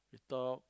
talk